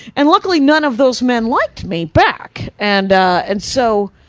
and luckily none of those men liked me back. and and so,